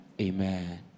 Amen